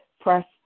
Press